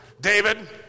David